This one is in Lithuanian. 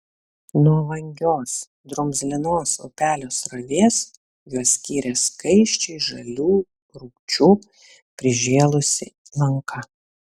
nuo vangios drumzlinos upelio srovės juos skyrė skaisčiai žalių rūgčių prižėlusi lanka